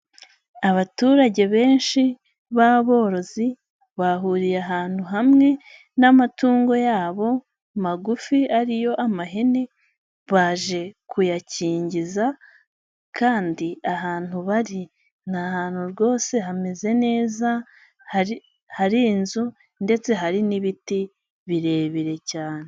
Abaturage benshi b'aborozi bahuriye ahantu hamwe n'amatungo yabo magufi ari yo amahene, baje kuyakingiza kandi ahantu bari ni ahantu rwose hameze neza, hari inzu ndetse hari n'ibiti birebire cyane.